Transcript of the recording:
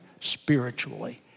spiritually